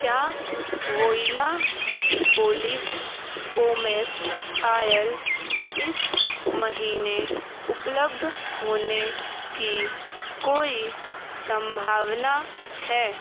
क्या Voila olive pomace oil इस महीने उपलब्ध होने की कोई सम्भावना है